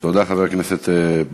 תודה לחבר הכנסת בר-לב.